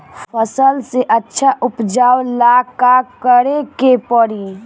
फसल के अच्छा उपजाव ला का करे के परी?